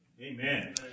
Amen